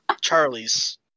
Charlie's